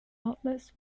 outlets